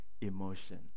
emotion